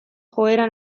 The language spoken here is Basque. joera